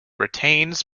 retains